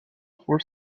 for